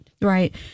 right